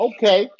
Okay